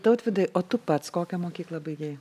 tautvydai o tu pats kokią mokyklą baigei